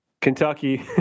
Kentucky